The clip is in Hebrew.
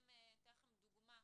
אני אתן לכם דוגמה.